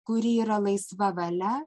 kuri yra laisva valia